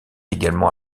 également